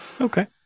Okay